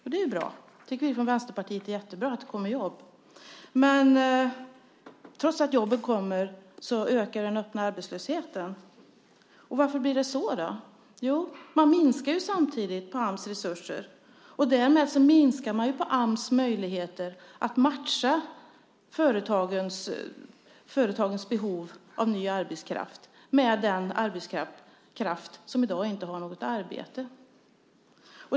Vi från Vänsterpartiet tycker att det är jättebra att det kommer jobb, men trots att jobben kommer ökar den öppna arbetslösheten. Varför blir det så? Jo, man minskar ju samtidigt Ams resurser, och därmed minskar man Ams möjligheter att matcha företagens behov av ny arbetskraft med den arbetskraft som i dag inte har något arbete.